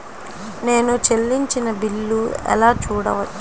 నేను చెల్లించిన బిల్లు ఎలా చూడవచ్చు?